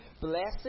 Blessed